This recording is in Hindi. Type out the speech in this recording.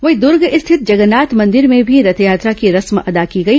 वहीं दूर्ग स्थित जगन्नाथ मंदिर में भी रथयात्रा की रस्म अदा की गई